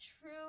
true